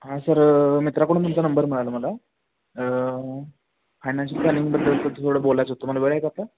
हां सर मित्राकडून तुमचा नंबर मिळाला मला फायनान्शियल प्लॅनिंगबद्दल तो थोडं बोलायचं होतं तुम्हाला वेळ आहे का आता